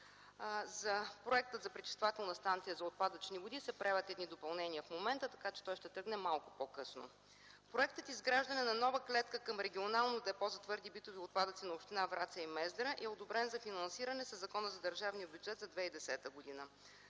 В проекта за пречиствателна станция за отпадъчни води се правят едни допълнения в момента, така че той ще тръгне малко по-късно. Проектът „Изграждане на нова клетка към регионално депо за твърди битови отпадъци на община Враца и Мездра” е одобрен за финансиране със Закона за държавния бюджет за 2010 г.